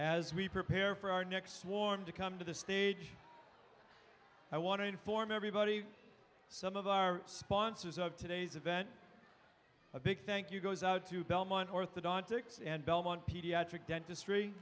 as we prepare for our next warm to come to the stage i want to inform everybody some of our sponsors of today's event a big thank you goes out to belmont orthodontics and belmont pediatric dentistry